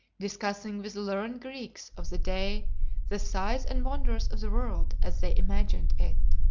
discussing with the learned greeks of the day the size and wonders of the world as they imagined it.